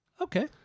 Okay